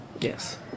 Yes